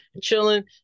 chilling